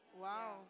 Wow